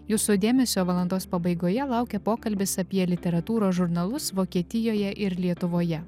jūsų dėmesio valandos pabaigoje laukia pokalbis apie literatūros žurnalus vokietijoje ir lietuvoje